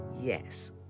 Yes